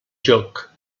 joc